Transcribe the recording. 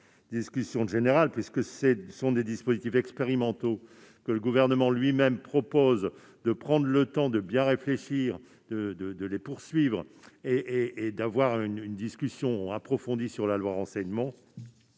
discussion générale. Il s'agit de dispositifs expérimentaux, et le Gouvernement lui-même propose de prendre le temps de bien réfléchir, de poursuivre l'expérimentation et d'avoir une discussion approfondie sur la loi Renseignement.